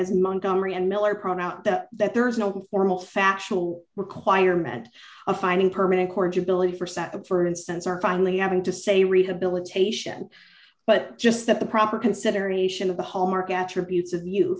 is montgomery and miller pronounced that that there is no formal factual requirement of finding permanent corage ability for sat for instance or finally having to say rehabilitation but just that the proper consideration of the hallmark attributes of